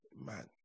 man